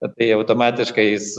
tai automatiškai jis